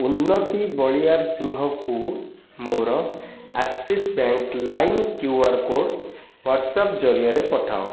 ଉନ୍ନତି ବଳିଆରସିଂହଙ୍କୁ ମୋର ଆକ୍ସିସ୍ ବ୍ୟାଙ୍କ୍ ଲାଇମ୍ କ୍ୟୁ ଆର୍ କୋଡ଼୍ ହ୍ଵାଟ୍ସପ ଜରିଆରେ ପଠାଅ